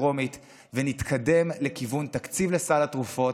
טרומית ונתקדם לכיוון תקציב לסל התרופות,